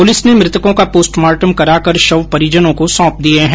police ने मृतकों का पोस्टमार्टम कराकर शव परिजनों को सौंप दिये है